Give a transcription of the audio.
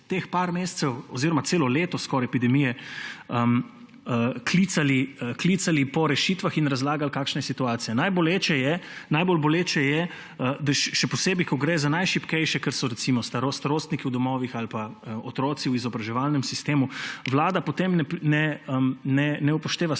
teh nekaj mesecev oziroma skoraj celo leto epidemije klicali po rešitvah in razlagali, kakšna je situacija. Najbolj boleče je še posebej takrat, ko gre za najšibkejše, kot so recimo starostniki v domovih ali pa otroci v izobraževalnem sistemu, vlada potem ne upošteva